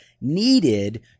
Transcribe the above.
needed